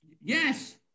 Yes